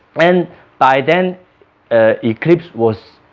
and by then ah eclipse was